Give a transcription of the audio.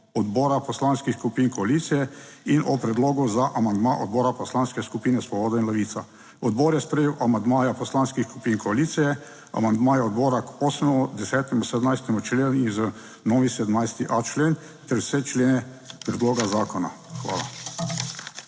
odbora poslanskih skupin koalicije in o predlogu za amandma odbora Poslanske skupine Svoboda in Levica. Odbor je sprejel amandmaje poslanskih skupin koalicije, amandmaja odbora k 8., 10., 17. členu in za novi 17.a člen ter vse člene predloga zakona. Hvala.